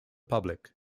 public